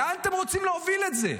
לאן אתם רוצים להוביל את זה?